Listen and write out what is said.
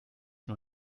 nur